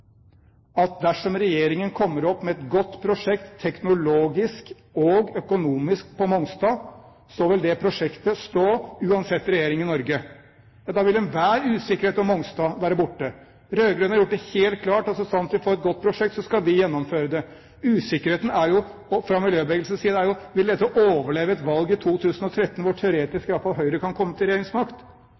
at dersom regjeringen kommer opp med et godt prosjekt teknologisk og økonomisk på Mongstad, vil det prosjektet stå uansett regjering i Norge. Da ville enhver usikkerhet om Mongstad være borte. De rød-grønne har gjort det helt klart at så sant vi får et godt prosjekt, skal vi gjennomføre det. Usikkerheten fra miljøbevegelsens side er jo: Vil dette overleve et valg i 2013, hvor Høyre i alle fall teoretisk kan komme til regjeringsmakt?